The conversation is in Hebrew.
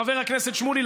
חבר הכנסת שמולי,